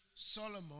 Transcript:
Solomon